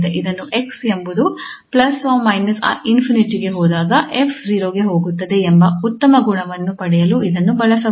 ಇದನ್ನು 𝑥 ಎಂಬುದು ±∞ ಗೆ ಹೋದಾಗ 𝑓 0 ಗೆ ಹೋಗುತ್ತದೆ ಎಂಬ ಉತ್ತಮ ಗುಣವನ್ನು ಪಡೆಯಲು ಇದನ್ನು ಬಳಸಲಾಗುತ್ತದೆ